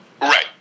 Right